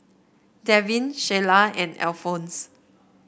Devin Shiela and Alphons